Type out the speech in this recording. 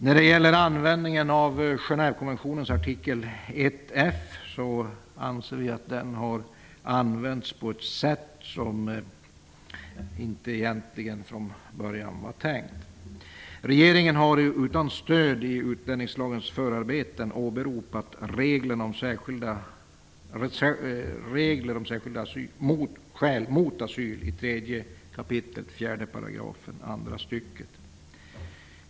När det gäller användningen av Genèvekonventionens artikel 1 F, anser vi att den har använts på ett sätt som egentligen inte var tänkt från början. Regeringen har utan stöd i utlänningslagens förarbeten åberopat regler om särskilda skäl mot asyl i 3 kap. 4 § andra stycket.